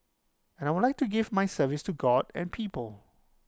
and I would like to give my service to God and people